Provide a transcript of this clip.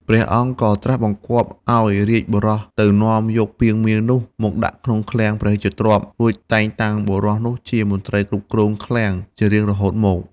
ព្រះអង្គក៏ត្រាស់បង្គាប់ឲ្យរាជបុរសទៅនាំយកពាងមាសនោះ មកដាក់ក្នុងឃ្លាំងព្រះរាជទ្រព្យ រួចតែងតាំងបុរសនោះជាមន្ត្រីគ្រប់គ្រងឃ្លាំងជារៀងរហូតមក ។